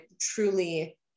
truly